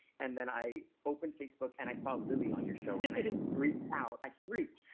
and then i opened facebook and i saw lilly on your show, and i reached out. i freaked,